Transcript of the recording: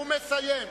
הוא מסיים.